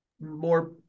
more